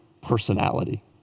personality